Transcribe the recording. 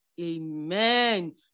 Amen